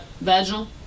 vaginal